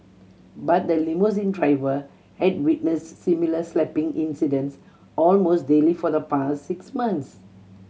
but the limousine driver had witnessed similar slapping incidents almost daily for the past six months